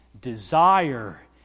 desire